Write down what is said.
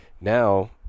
Now